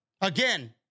Again